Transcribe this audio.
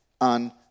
on